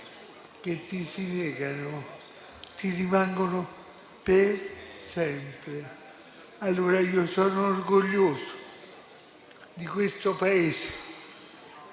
che ti si negano ti rimangono per sempre. Allora io sono orgoglioso di questo Paese